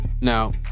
Now